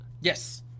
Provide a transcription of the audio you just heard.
Yes